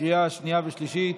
לקריאה שנייה ושלישית,